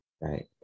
Right